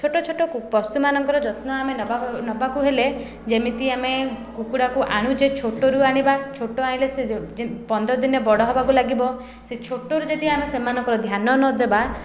ଛୋଟ ଛୋଟକୁ ପଶୁମାନଙ୍କର ଯତ୍ନ ଆମେ ନେବାକୁ ହେଲେ ଯେମିତି ଆମେ କୁକୁଡ଼ାକୁ ଆଣୁଛେ ଛୋଟରୁ ଆଣିବା ଛୋଟ ଆଣିଲେ ସେ ପନ୍ଦର ଦିନରେ ବଡ଼ ହେବାକୁ ଲାଗିବ ସେ ଛୋଟରୁ ଯଦି ଆମେ ସେମାନଙ୍କର ଧ୍ୟାନ ନ ଦେବା